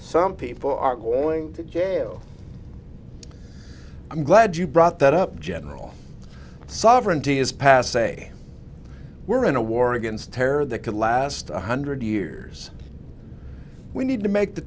some people are going to jail i'm glad you brought that up general sovereignty is passe we're in a war against terror that could last one hundred years we need to make the